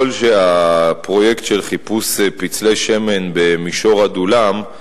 שהפרויקט של חיפוש פצלי שמן במישור עדולם,